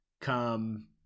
come